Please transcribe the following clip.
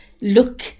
look